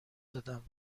دادم